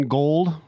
gold